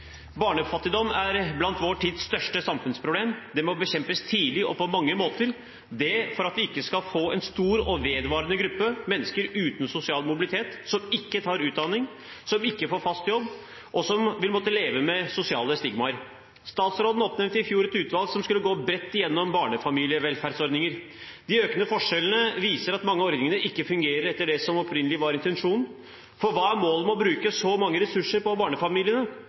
Barnefattigdom er blant vår tids største samfunnsproblem. Det må bekjempes tidlig og på mange måter – det for at vi ikke skal få en stor og vedvarende gruppe mennesker uten sosial mobilitet, som ikke tar utdanning, som ikke får fast jobb, og som vil måtte leve med sosiale stigmaer. Statsråden oppnevnte i fjor et utvalg som skulle gå bredt igjennom barnefamilievelferdsordninger. De økende forskjellene viser at mange av ordningene ikke fungerer etter det som opprinnelig var intensjonen. Hva er målet med å bruke så mye ressurser på barnefamiliene?